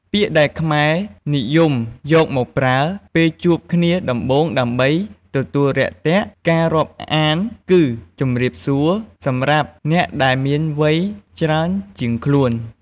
ពាក្យដែលខ្មែរនិយមយកមកប្រើ ពេលជួបគ្នាដំបូងដើម្បីទទួលរាក់ទាក់ ការរាប់អានគឺ ជំរាបសួរ សម្រាប់អ្នកដែលមានវ័យច្រើនជាងខ្លួន។